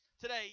today